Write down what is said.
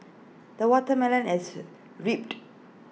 the watermelon has reaped